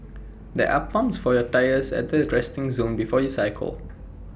there are pumps for your tyres at the resting zone before you cycle